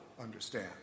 understand